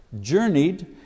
journeyed